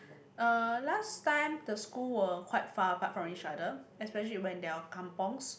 uh last time the school were quite far apart from each other especially when there are kampungs